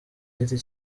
giti